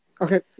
okay